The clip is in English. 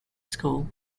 school